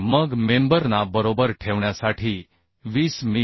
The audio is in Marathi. आणि मग मेंबर ना बरोबर ठेवण्यासाठी 20 मि